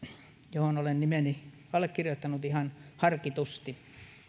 johon olen nimeni allekirjoittanut ihan harkitusti